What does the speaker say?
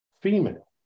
female